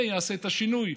זה יעשה את השינוי.